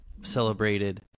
celebrated